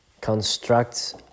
construct